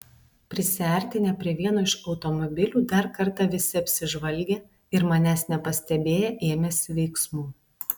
prisiartinę prie vieno iš automobilių dar kartą visi apsižvalgė ir manęs nepastebėję ėmėsi veiksmų